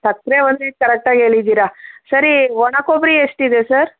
ಸಕ್ಕರೆ ಒಂದು rate correct ಆಗಿ ಹೇಳಿದ್ದೀರ ಸರಿ ಒಣ ಕೊಬ್ಬರಿ ಎಷ್ಟಿದೆ ಸರ್